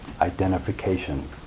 identification